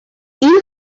این